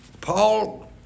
Paul